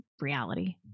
reality